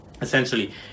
essentially